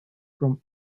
from